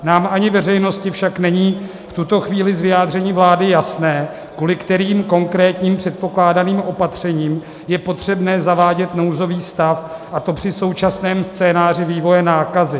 Nám ani veřejnosti však není v tuto chvíli z vyjádření vlády jasné, kvůli kterým konkrétním předpokládaným opatřením je potřebné zavádět nouzový stav, a to při současném scénáři vývoje nákazy.